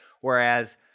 whereas